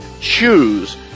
choose